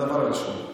הדבר הראשון,